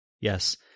yes